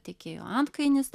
tiekėjo antkainis